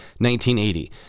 1980